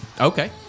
Okay